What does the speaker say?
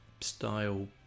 style